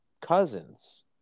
cousins